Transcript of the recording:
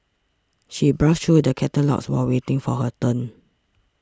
she browsed through the catalogues while waiting for her turn